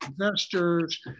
investors